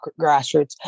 grassroots